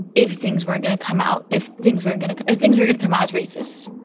if things weren't going to come out if things weren't going to if things were going to come out as racist.